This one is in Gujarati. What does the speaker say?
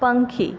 પંખી